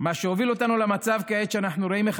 מה שהוביל אותנו למצב כעת שאנו רואים איך